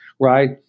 right